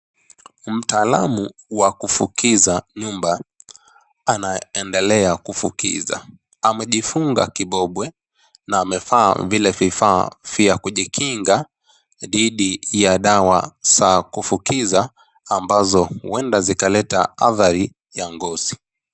Mtaalamu wa kufukiza nyumba anaendelea kufukiza. Amejifunga kibobwe na amevaa vile vifaa vya kujikinga dhidi ya dawa za kufukiza ambazo huenda zikaleta adhari ya ngozi,